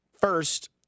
first